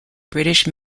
british